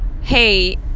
Hey